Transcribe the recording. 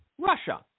Russia